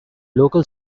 local